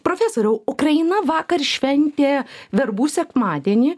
profesoriau ukraina vakar šventė verbų sekmadienį